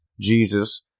Jesus